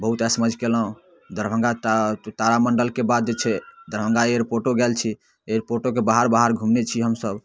बहुत ऐश मौज कयलहुँ दरभङ्गा तऽ तारामण्डलके बाद जे छै दरभङ्गा एयरपोर्टो गेल छी एयरपोर्टोके बाहर बाहर घुमने छी हमसब